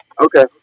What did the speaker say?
Okay